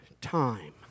time